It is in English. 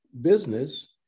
business